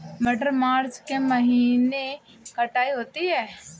मटर मार्च के महीने कटाई होती है?